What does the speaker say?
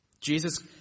Jesus